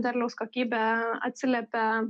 derliaus kokybė atsiliepia